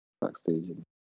Backstage